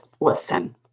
listen